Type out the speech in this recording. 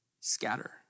scatter